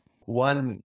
One